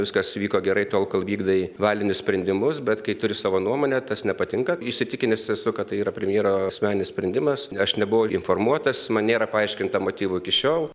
viskas vyko gerai tol kol vykdai valinius sprendimus bet kai turi savo nuomonę tas nepatinka įsitikinęs esu kad tai yra premjero asmeninis sprendimas aš nebuvau informuotas man nėra paaiškinta motyvų iki šiol